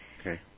Okay